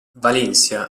valencia